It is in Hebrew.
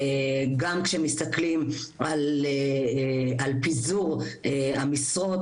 גם כשמסתכלים על פיזור המשרות,